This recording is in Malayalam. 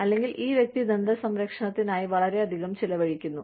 അല്ലെങ്കിൽ ഈ വ്യക്തി ദന്തസംരക്ഷണത്തിനായി വളരെയധികം ചെലവഴിക്കുന്നു